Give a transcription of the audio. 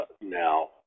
now